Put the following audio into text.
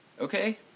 okay